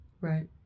Right